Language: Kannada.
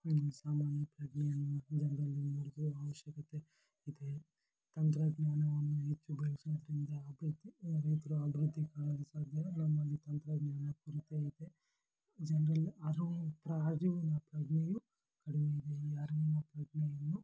ಒಂದು ಸಾಮಾನ್ಯ ಪ್ರಜ್ಞೆಯನ್ನು ಜನರಲ್ಲಿ ಮೂಡಿಸೋ ಅವಶ್ಯಕತೆ ಇದೆ ತಂತ್ರಜ್ಞಾನವನ್ನು ಹೆಚ್ಚು ಬಳಸೋದ್ರಿಂದ ಅಭಿವೃದ್ದಿ ರೈತರು ಅಭಿವೃದ್ದಿ ಕಾಣಲು ಸಾಧ್ಯ ನಮ್ಮಲ್ಲಿ ತಂತ್ರಜ್ಞಾನದ ಕೊರತೆ ಇದೆ ಜನರಲ್ಲಿ ಅರಿವು ಪ್ರ ಅರಿವಿನ ಪ್ರಜ್ಞೆಯು ಕಡಿಮೆ ಇದೆ ಈ ಅರಿವಿನ ಪ್ರಜ್ಞೆಯನ್ನು